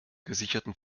gesicherten